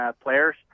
players